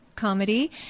comedy